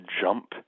jump